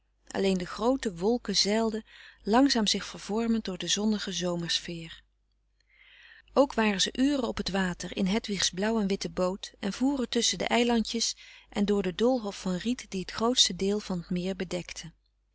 alleen de groote wolken zeilden langzaam zich vervormend door de zonnige zomersfeer ook waren ze uren op t water in hedwigs blauw en witte boot en voeren tusschen de eilandjes en door den doolhof van riet die t grootste deel van t meer bedekte